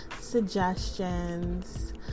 suggestions